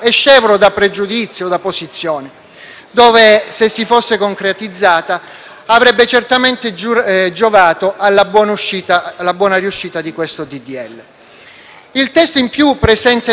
Il testo, inoltre, presta il fianco a numerose critiche.